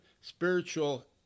spiritual